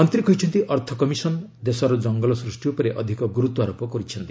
ମନ୍ତ୍ରୀ କହିଛନ୍ତି ଅର୍ଥ କମିଶନ୍ ଦେଶରେ ଜଙ୍ଗଲ ସୃଷ୍ଟି ଉପରେ ଅଧିକ ଗୁରୁତ୍ୱ ଆରୋପ କରିଛନ୍ତି